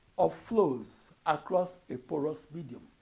of flows across a porous medium.